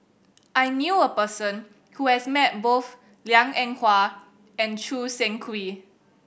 I knew a person who has met both Liang Eng Hwa and Choo Seng Quee